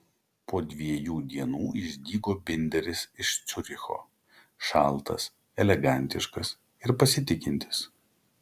po dviejų dienų išdygo binderis iš ciuricho šaltas elegantiškas ir pasitikintis